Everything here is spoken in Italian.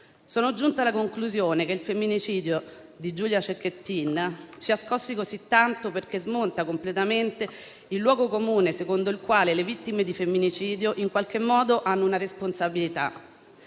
Sono giunta alla conclusione che il femminicidio di Giulia Cecchettin ci abbia scossi così tanto perché smonta completamente il luogo comune secondo il quale le vittime di femminicidio in qualche modo hanno una responsabilità.